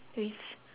with